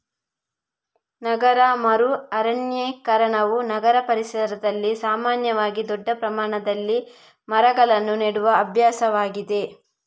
ನಗರ ಮರು ಅರಣ್ಯೀಕರಣವು ನಗರ ಪರಿಸರದಲ್ಲಿ ಸಾಮಾನ್ಯವಾಗಿ ದೊಡ್ಡ ಪ್ರಮಾಣದಲ್ಲಿ ಮರಗಳನ್ನು ನೆಡುವ ಅಭ್ಯಾಸವಾಗಿದೆ